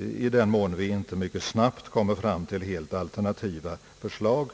i den mån vi inte mycket snabbt kommer fram till helt alternativa förslag.